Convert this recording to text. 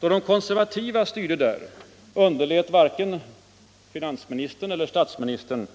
Då de konservativa styrde där, underlät varken vår finansminister eller vår statsminister